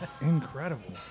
incredible